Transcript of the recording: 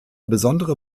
besondere